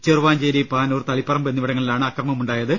ചെറുവാഞ്ചേരി പാനൂർ തളിപ്പറമ്പ് എന്നി വിടങ്ങളിലാണ് അക്രമമുണ്ടായത്